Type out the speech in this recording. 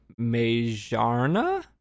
Mejarna